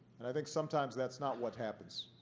and i think sometimes that's not what happens